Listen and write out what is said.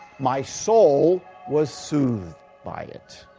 my soul was soothed by it.